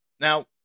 Now